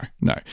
no